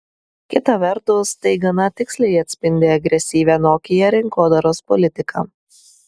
kita vertus tai gana tiksliai atspindi agresyvią nokia rinkodaros politiką